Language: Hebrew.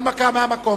הנמקה מהמקום.